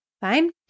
fine